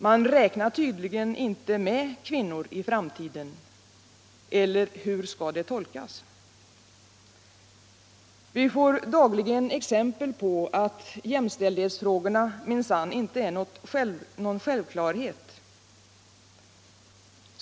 Man räknar tydligen inte med kvinnor i framtiden. Eller hur skall det tolkas? Vi får dagligen exempel på att jämställdhetsfrågorna minsann inte är någon självklarhet.